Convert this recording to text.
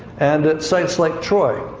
and at sites like troy,